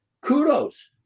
kudos